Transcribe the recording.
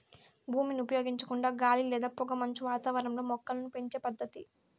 భూమిని ఉపయోగించకుండా గాలి లేదా పొగమంచు వాతావరణంలో మొక్కలను పెంచే పద్దతి